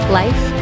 life